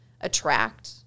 attract